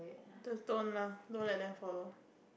the don't lah no like then follow